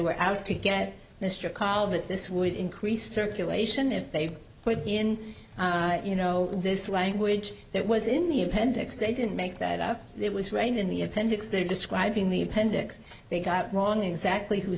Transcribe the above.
were out to get mr colvert this would increase circulation if they put in you know this language that was in the appendix they didn't make that up it was right in the appendix they're describing the appendix they got it wrong exactly who